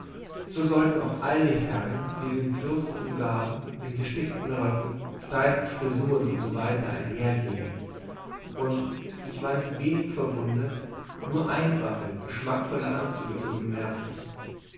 so sollten auch all die herren die den fürsten umgaben in gestickten röcken steifen frisuren usw einhergehen und ich war nicht wenig verwundert nur einfache geschmackvolle anzüge zu bemerken